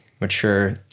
mature